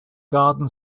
garden